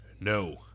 No